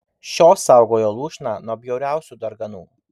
šios saugojo lūšną nuo bjauriausių darganų